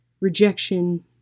rejection